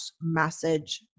message